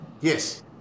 Yes